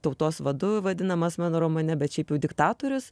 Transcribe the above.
tautos vadu vadinamas mano romane bet šiaip jau diktatorius